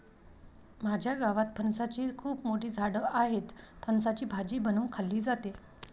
माझ्या गावात फणसाची खूप मोठी झाडं आहेत, फणसाची भाजी बनवून खाल्ली जाते